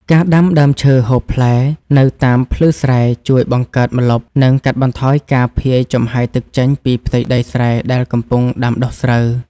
ការដាំដើមឈើហូបផ្លែនៅតាមភ្លឺស្រែជួយបង្កើតម្លប់ និងកាត់បន្ថយការភាយចំហាយទឹកចេញពីផ្ទៃដីស្រែដែលកំពុងដាំដុះស្រូវ។